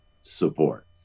support